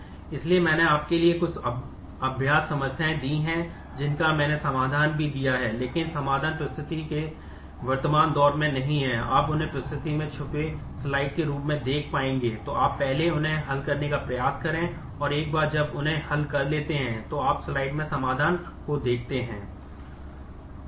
इसलिए मैंने आपके लिए कुछ अभ्यास समस्याएं दी हैं जिनका मैंने समाधान भी दिया है लेकिन समाधान प्रस्तुति के वर्तमान दौर में नहीं है आप उन्हें प्रस्तुति में छुपी हुई स्लाइड में समाधान को देखते हैं